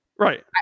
right